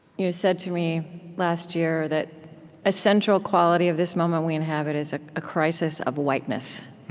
you know said to me last year that a central quality of this moment we inhabit is ah a crisis of whiteness.